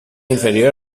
inferior